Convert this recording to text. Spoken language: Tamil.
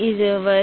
இது வரி